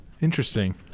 Interesting